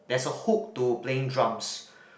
there's a hook to playing drums